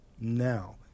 now